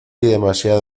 demasiado